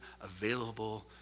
available